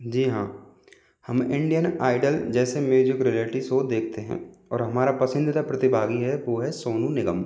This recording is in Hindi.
जी हाँ हम इंडियन आइडल जैसे म्यूज़िक रियलटी शो देखते हैं और हमारा पसंदीदा प्रतिभागी है वह है सोनू निगम